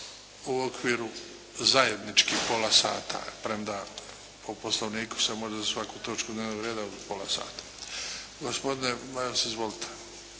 u okviru zajednički pola sata, premda po Poslovniku se može za svaku točku dnevnog reda pola sata. Gospodine Maras izvolite.